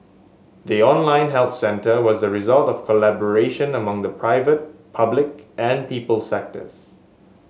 the online help centre was the result of collaboration among the private public and people sectors